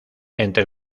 entre